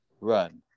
run